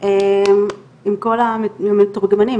עם כל המתורגמנים,